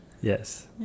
Yes